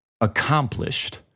accomplished